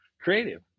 creative